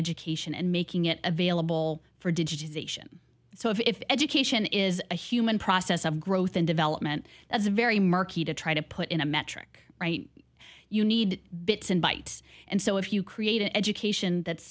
education and making it available for digitization so if education is a human process of growth and development that's very murky to try to put in a metric right you need bits and bytes and so if you create an education that's